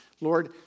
Lord